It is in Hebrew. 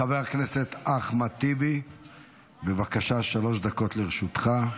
חבר הכנסת אחמד טיבי, בבקשה, שלוש דקות לרשותך.